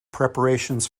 preparations